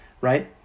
right